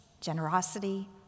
generosity